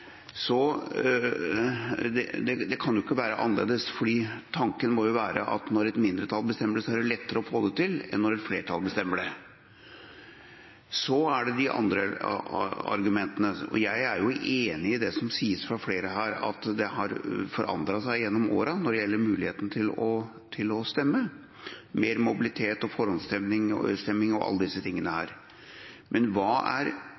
Så vi har det derfra, rett og slett. Jeg sier det som en replikk til representanten Grøvan. Det er derfra vi har det. Det kan jo ikke være annerledes, for tanken må jo være at når et mindretall bestemmer det, er det lettere å få det til enn når et flertall bestemmer det. Så er det de andre argumentene. Jeg er enig i det som sies av flere her, at det har forandret seg gjennom årene når det gjelder muligheten til å stemme, mer mobilitet, forhåndsstemming og alle disse tingene.